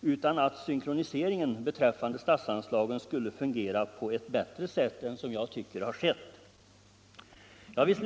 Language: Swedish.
Vi trodde att synkroniseringen beträffande statsanslagen skulle fungera på ett bättre sätt än jag tycker har skett. Jag vill därför